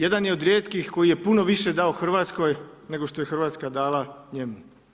Jedan je od rijetkih koji je puno više dao Hrvatskoj nego što je Hrvatska dala njemu.